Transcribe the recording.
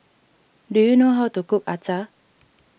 do you know how to cook Acar